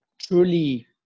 truly